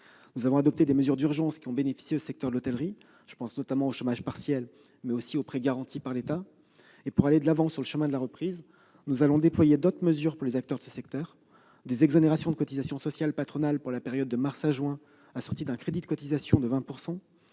Nous avons pris des mesures d'urgence qui ont bénéficié au secteur de l'hôtellerie- chômage partiel et prêts garantis par l'État. Aujourd'hui, pour aller de l'avant sur le chemin de la reprise, nous allons déployer d'autres mesures pour les acteurs du secteur : exonérations de cotisations sociales patronales pour la période de mars à juin assorties d'un crédit de cotisations de 20